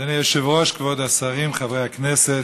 אדוני היושב-ראש, כבוד השרים, חברי הכנסת,